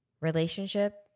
Relationship